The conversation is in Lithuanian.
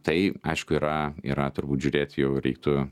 tai aišku yra yra turbūt žiūrėt jau reiktų